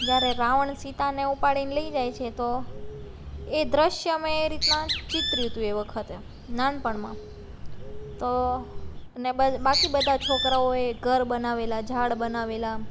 જ્યારે રાવણ સીતાને ઉપાડીને લઈ જાય છે તો એ દ્રશ્ય મેં એ રીતે ચીતર્યું હતું એ વખતે નાનપણમાં તો ને બાકી બધા છોકરાઓએ એક ઘર બનાવેલા ઝાડ બનાવેલા